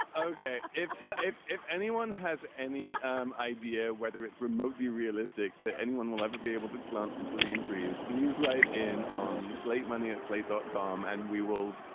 ah ok if if if anyone has any um idea whether it's remotely realistic that anyone will ever be able to plant and truly injuries, please write in um slate money. it's late dot com and we will